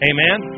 Amen